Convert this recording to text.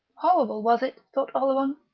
horrible, was it? thought oleron.